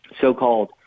so-called